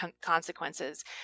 consequences